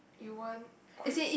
you won't quit